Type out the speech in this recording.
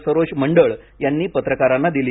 सरोज मंडळ यांनी पत्रकारांना दिली